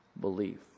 belief